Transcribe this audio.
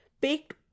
baked